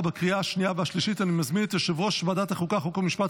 אין נגד, אין נמנעים,